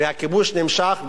והכיבוש נמשך,